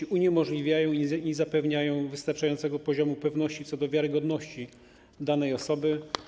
One to uniemożliwiają i nie zapewniają wystarczającego poziomu pewności co do wiarygodności danej osoby.